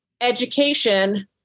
education